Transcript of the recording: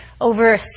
over